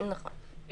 נכון.